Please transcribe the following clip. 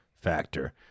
Factor